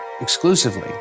exclusively